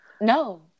No